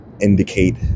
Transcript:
indicate